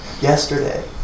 Yesterday